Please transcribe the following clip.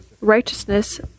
righteousness